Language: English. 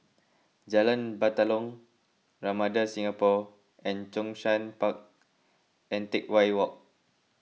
Jalan Batalong Ramada Singapore and Zhongshan Park and Teck Whye Walk